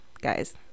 Guys